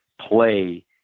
play